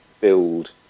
build